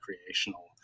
recreational